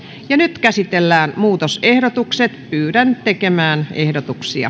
nyt käsitellään muutosehdotukset pyydän tekemään ehdotukset